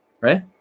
right